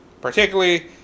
particularly